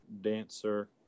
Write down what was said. dancer